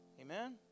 Amen